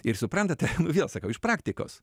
ir suprantate nu vėl sakau iš praktikos